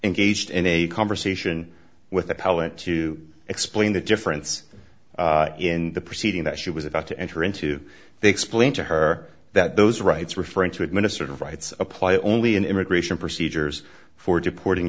engaged in a conversation with appellant to explain the difference in the proceeding that she was about to enter into they explained to her that those rights referring to administrative rights apply only in immigration procedures for deporting